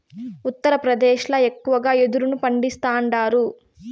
ఉత్తరప్రదేశ్ ల ఎక్కువగా యెదురును పండిస్తాండారు